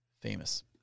famous